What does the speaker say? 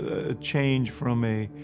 a change from a,